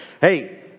hey